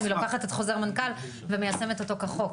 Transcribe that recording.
אם היא לוקחת את החוזר מנכ"ל ומיישמת אותו כחוק,